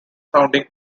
sounding